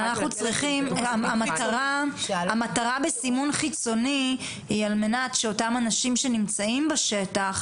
אבל המטרה בסימון חיצוני היא על מנת שאותם אנשים שנמצאים בשטח